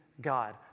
God